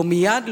לא מייד,